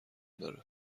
داره